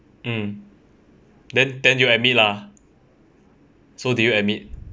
mm then then you admit lah so do you admit